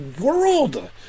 world